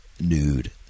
nude